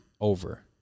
Over